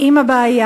עם הבעיה.